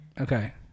okay